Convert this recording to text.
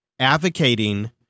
advocating